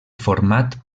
format